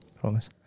Promise